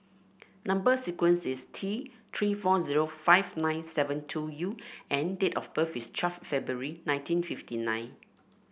number sequence is T Three four zero five nine seven two U and date of birth is twelfth February nineteen fifty nine